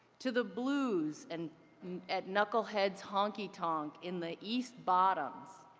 to the blues and at knuckleheads honky tonk in the east bottoms.